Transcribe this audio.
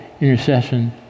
intercession